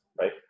Right